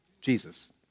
Jesus